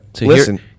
listen